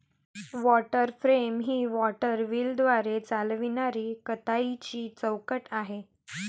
water frame ही water व्हीलद्वारे चालविणारी कताईची चौकट आहे